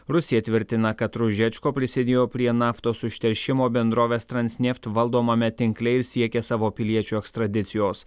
rusija tvirtina kad ružečko prisidėjo prie naftos užteršimo bendrovės transneft valdomame tinkle ir siekia savo piliečių ekstradicijos